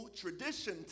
tradition